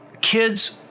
Kids